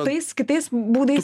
tais kitais būdais